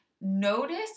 Notice